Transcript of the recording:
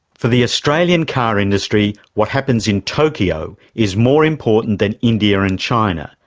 for the australian car industry, what happens in tokyo is more important than india and china,